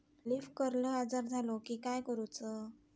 Leaf curl आजार झालो की काय करूच?